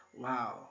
wow